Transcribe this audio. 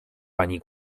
pani